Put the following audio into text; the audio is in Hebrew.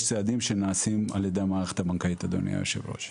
יש צעדים שנעשים על ידי המערכת הבנקאית אדוני היו"ר.